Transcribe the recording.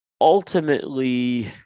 Ultimately